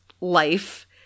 life